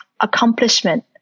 accomplishment